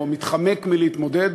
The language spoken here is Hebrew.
או מתחמק מלהתמודד,